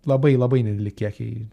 labai labai nedideli kiekiai